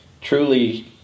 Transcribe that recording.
truly